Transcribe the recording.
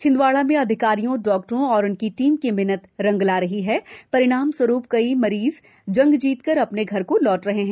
छिन्दवाड़ा में अधिकारियों चिकित्सकों और उनकी टीम की मेहनत रंग ला रही है परिणामस्वरूप कई मरीज कोरोना से जंग जीतकर अपने घर को लौट रहे हैं